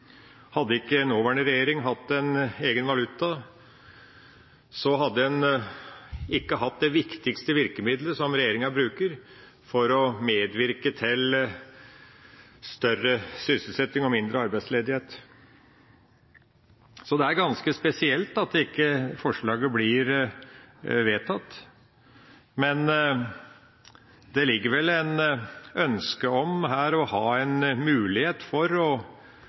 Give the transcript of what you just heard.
Hadde ikke nåværende regjering hatt en egen valuta, så hadde en ikke hatt det viktigste virkemidlet som regjeringa bruker for å medvirke til større sysselsetting og mindre arbeidsledighet. Så det er ganske spesielt at forslaget ikke blir vedtatt. Men det ligger vel her et ønske om å ha en mulighet for å